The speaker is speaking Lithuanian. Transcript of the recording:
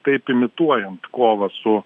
taip imituojant kovą su